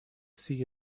see